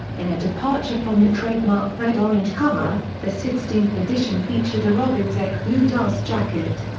in a departure from the trademark red-orange cover, the sixteenth edition featured a robin's-egg blue dust jacket.